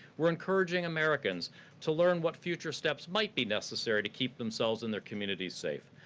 we're encouraging americans to learn what future steps might be necessary to keep themselves and their communities safe.